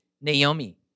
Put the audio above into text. Naomi